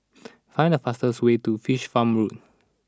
find the fastest way to Fish Farm Road